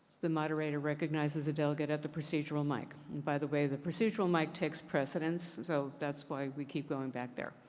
the moderator recognizes the delegate at the procedural mic and by the way, the procedural mic takes precedent, so that's why we keep going back there.